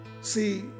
See